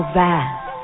vast